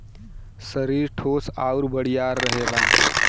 सरीर ठोस आउर बड़ियार रहेला